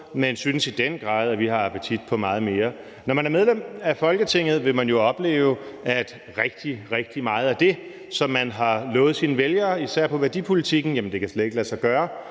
men synes i den grad, at vi har appetit på meget mere. Når man er medlem af Folketinget, vil man jo opleve, at rigtig, rigtig meget af det, som man har lovet sine vælgere, især på værdipolitikken, slet ikke kan lade sig gøre,